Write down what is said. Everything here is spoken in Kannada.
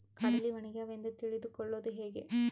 ಕಡಲಿ ಒಣಗ್ಯಾವು ಎಂದು ತಿಳಿದು ಕೊಳ್ಳೋದು ಹೇಗೆ?